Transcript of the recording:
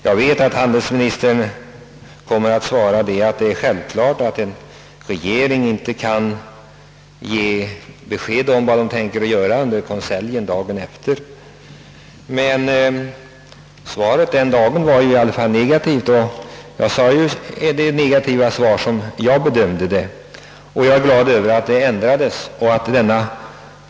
Nu vet jag att handelsministern kommer att säga, att han självfallet inte kan ge besked om vad man kommer att göra i konseljen dagen därpå, men frågesvaret den 16 februari var enligt min mening negativt och jag är glad över den ändring som nu skett.